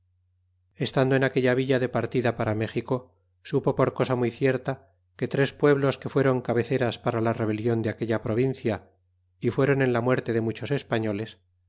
estando en aquella villa de partida para méxico supo por cosa muy cierta que tres pueblos que fueron cabeceras para la rebelion de aquella provincia y fueron en la muerte de muchos espanoles